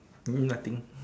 I mean nothing